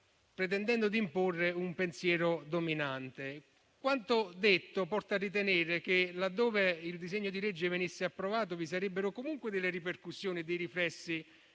pretendendo di imporre un pensiero dominante. Quanto detto porta a ritenere che, laddove il disegno di legge venisse approvato, vi sarebbero comunque delle ripercussioni e dei riflessi